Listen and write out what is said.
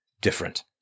different